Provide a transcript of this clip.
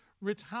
Rich